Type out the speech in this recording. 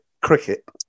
cricket